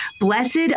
Blessed